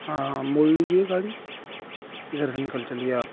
ہاں ہاں موڑ لیجیے گاڑی ادھر سے نکل چلیے آپ